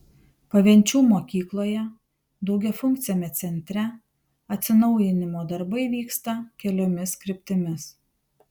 pavenčių mokykloje daugiafunkciame centre atsinaujinimo darbai vyksta keliomis kryptimis